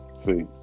See